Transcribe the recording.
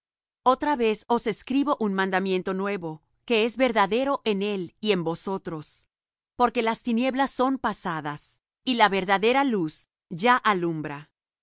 otra vez os escribo un mandamiento nuevo que es verdadero en él y en vosotros porque las tinieblas son pasadas y la verdadera luz ya alumbra